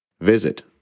visit